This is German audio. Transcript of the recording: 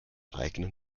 eigenen